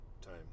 time